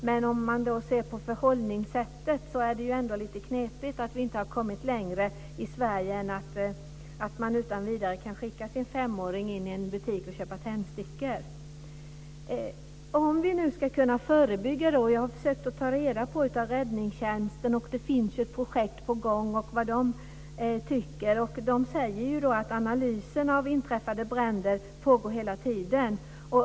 Men om man ser på förhållningssättet är det ändå lite knepigt att vi inte har kommit längre i Sverige än att man utan vidare kan skicka sin femåring in i en butik och köpa tändstickor. Det gäller att förebygga. Jag har försökt att ta reda på uppgifter från Räddningsjänsten och vad man tycker. Det finns ett projekt på gång. Man säger att analys av inträffade bränder pågår hela tiden.